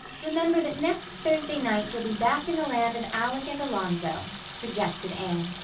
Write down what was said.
remember that next thursday night, you'll be back in the land of alec and alonzo, suggested anne.